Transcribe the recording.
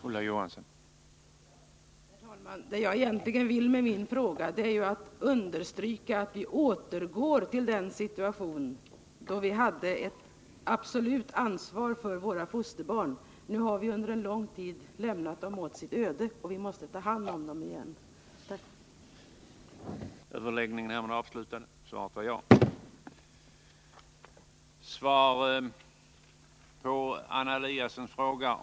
Nr 69 Herr talman! Det jag egentligen vill med min fråga är att understryka att vi Onsdagen den bör återgå till den situation då vi hade ett absolut ansvar för våra fosterbarn. 23 januari 1980 Nu har vi under lång tid lämnat dem åt sitt öde. Vi måste ta handomdem LL igen.